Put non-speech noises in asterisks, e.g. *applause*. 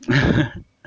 *laughs*